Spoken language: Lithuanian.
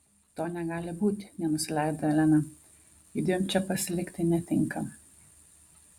to negali būti nenusileido elena judviem čia pasilikti netinka